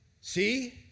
See